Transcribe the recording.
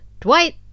Dwight